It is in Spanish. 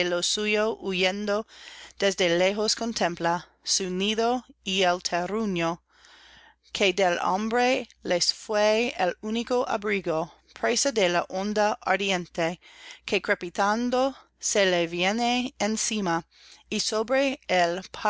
suyo huyendo desde lejos contempla su nido y el terruño que del hambre les fué el único abrigo presa de la onda ardiente que crepitando se le viene encima y sobre él